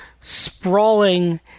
sprawling